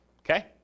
okay